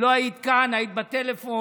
אם לא היית כאן, היית בטלפון.